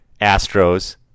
Astros